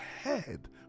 head